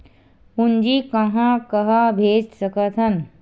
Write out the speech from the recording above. पूंजी कहां कहा भेज सकथन?